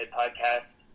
podcast